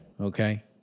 Okay